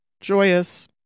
Joyous